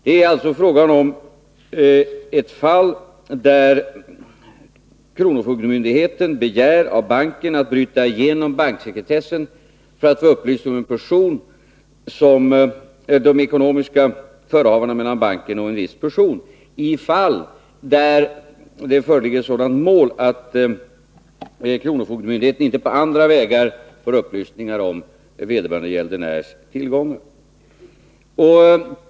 Det är alltså frågan om ett fall där kronofogdemyndigheten begär av banken att få bryta banksekretessen för att få upplysning om de ekonomiska förehavandena mellan banken och en viss person. Kronofogdemyndigheten kan inte på andra vägar få upplysningar om vederbörande gäldenärs tillgångar.